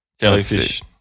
Jellyfish